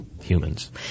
humans